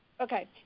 Okay